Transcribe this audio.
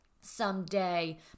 someday